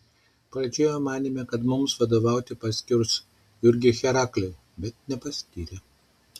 pradžioje manėme kad mums vadovauti paskirs jurgį heraklį bet nepaskyrė